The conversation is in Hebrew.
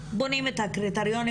בונים את הקריטריונים,